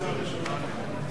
זו לא החמצה ראשונה,